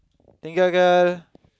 thank you uncle